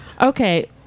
Okay